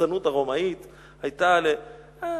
השחצנות הרומאית היתה: אה,